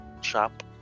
shop